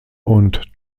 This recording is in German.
und